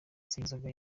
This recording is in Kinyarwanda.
sayinzoga